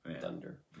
thunder